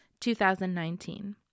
2019